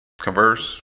Converse